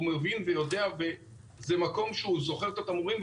הוא מבין ויודע וזה מקום שהוא זוכר את התמרורים,